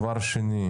שנית,